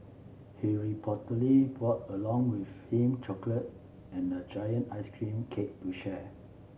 he reportedly brought along with him chocolate and a giant ice cream cake to share